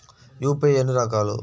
UPI ఎన్ని రకాలు?